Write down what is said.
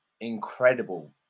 incredible